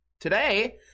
today